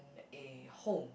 a home